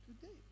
today